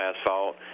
asphalt